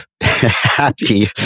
happy